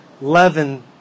leaven